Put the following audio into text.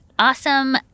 awesome